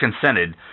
consented